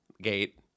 Gate